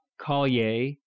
Collier